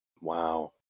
Wow